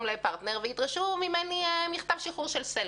לפרטנר וידרשו ממני מכתב שחרור של סלקום.